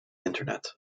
internet